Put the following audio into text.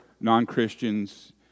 non-Christians